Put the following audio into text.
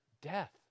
death